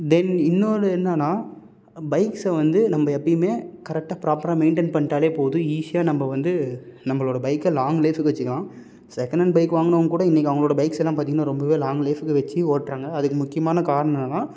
தென் இன்னொன்று என்னனால் பைக்சை வந்து நம்ம எப்போயுமே கரெக்ட்டாக ப்ராப்பராக மெயின்டைன் பண்ணிவிட்டாலே போதும் ஈசியாக நம்ம வந்து நம்மளோட பைக்கை லாங் லைஃபுக்கு வச்சுக்கலாம் செக்கெனண்ட் பைக் வாங்குனவங்க கூட இன்றைக்கி அவங்களோட பைக்ஸை எல்லாம் பார்த்திங்கன்னா ரொம்பவே லாங் லைஃபுக்கு வச்சு ஓட்டுகிறாங்க அதுக்கு முக்கியமான காரணம் என்னன்னால்